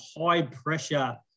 high-pressure